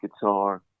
guitar